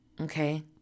Okay